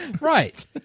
Right